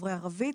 לדוברי ערבית.